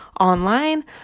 online